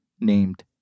named